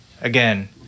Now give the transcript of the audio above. again